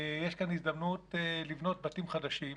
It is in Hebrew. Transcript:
יש כאן הזדמנות לבנות בתים חדשים,